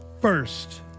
first